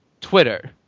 Twitter